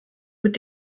mit